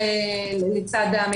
עבודה.